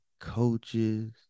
coaches